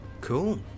Cool